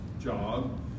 job